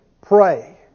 pray